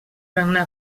regnar